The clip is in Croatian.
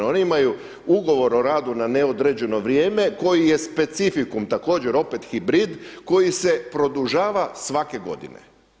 Oni imaju ugovor o radu na neodređeno vrijeme koji je specifikum opet također hibrid koji se produžava svake godine.